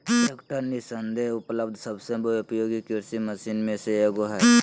tractor निस्संदेह उपलब्ध सबसे उपयोगी कृषि मशीन में से एगो हइ